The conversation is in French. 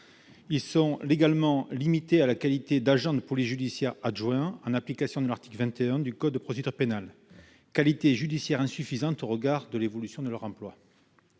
Ils sont légalement limités à la qualité d'agents de police judiciaire adjoints, en application de l'article 21 du code de procédure pénale, qualité judiciaire insuffisante au regard de l'évolution de leur emploi.